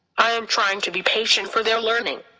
i am trying to be patient for their learning.